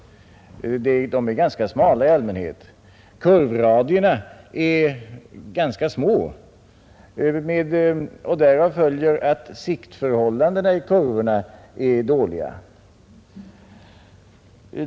De är i allmänhet ganska smala. Kurvradierna är små, och därav följer att siktförhållandena i kurvorna är dåliga.